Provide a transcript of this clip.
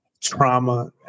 trauma